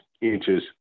inches